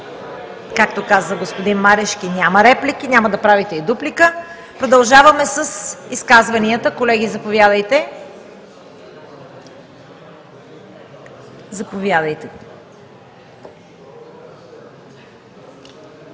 Както каза господин Марешки: няма реплики, няма да правите и дуплика. Продължаваме с изказванията. Колеги, заповядайте. Заповядайте,